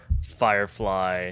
Firefly